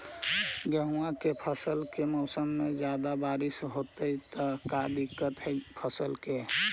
गेहुआ के फसल के मौसम में ज्यादा बारिश होतई त का दिक्कत हैं फसल के?